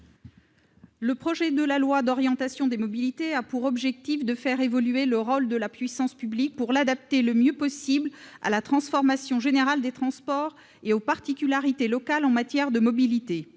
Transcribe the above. Ce projet de loi a pour objet de faire évoluer le rôle de la puissance publique pour l'adapter au mieux à la transformation générale des transports et aux particularités locales en matière de mobilité.